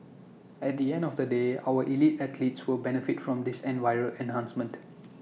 at the end of the day our elite athletes will benefit from this in viral enhancement